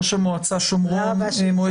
ראש מועצת שומרון,